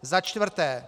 Za čtvrté.